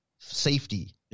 Safety